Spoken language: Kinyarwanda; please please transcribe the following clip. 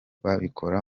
babikora